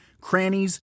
crannies